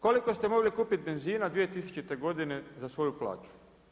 Koliko ste mogli kupiti benzina 2000. godine za svoju plaću?